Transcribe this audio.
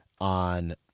on